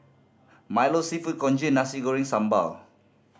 milo Seafood Congee Nasi Goreng Sambal